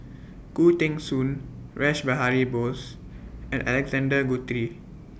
Khoo Teng Soon Rash Behari Bose and Alexander Guthrie